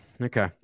Okay